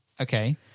Okay